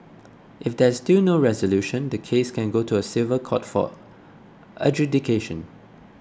if there is still no resolution the case can go to a civil court for adjudication